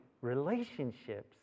relationships